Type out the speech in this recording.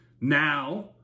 Now